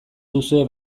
duzue